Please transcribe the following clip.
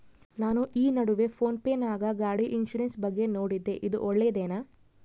ನಾನು ಈ ನಡುವೆ ಫೋನ್ ಪೇ ನಾಗ ಗಾಡಿ ಇನ್ಸುರೆನ್ಸ್ ಬಗ್ಗೆ ನೋಡಿದ್ದೇ ಇದು ಒಳ್ಳೇದೇನಾ?